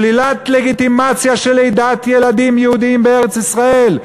שלילת לגיטימציה של לידת ילדים יהודים בארץ-ישראל,